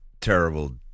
terrible